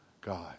God